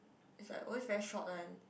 is like always very short one